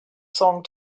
song